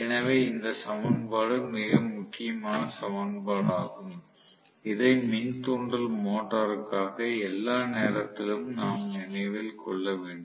எனவே இந்த சமன்பாடு மிக முக்கியமான சமன்பாடாகும் இதை மின் தூண்டல் மோட்டருக்காக எல்லா நேரத்திலும் நாம் நினைவில் கொள்ள வேண்டும்